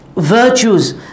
Virtues